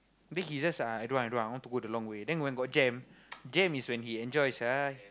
then he just I don't want I don't want I want to go the long way then when got jam jam is when he enjoys ah